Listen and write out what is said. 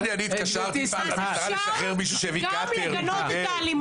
אז אפשר גם לגנות את האלימות,